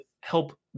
help